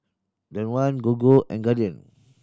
Danone Gogo and Guardian